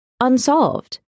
unsolved